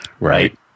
Right